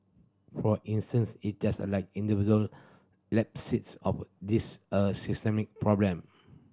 for instance it just a like individual this a systemic problem